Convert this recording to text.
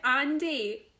Andy